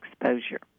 exposure